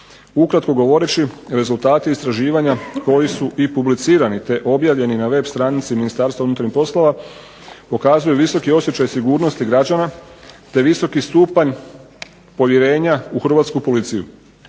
Ukratko govoreći rezultati istraživanja koji su i publicirani, te objavljeni na web stranici Ministarstva unutarnjih poslova pokazuje visoki osjećaj sigurnosti građana, te visoki stupanj povjerenja u hrvatsku policiju.